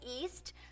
east